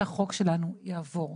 שהחוק שלנו יעבור.